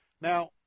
now